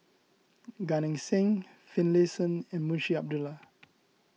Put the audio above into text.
Gan Eng Seng Finlayson and Munshi Abdullah